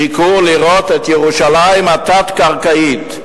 ביקור בירושלים התת-קרקעית,